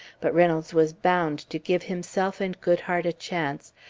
but reynolds was bound to give himself and goodhart a chance,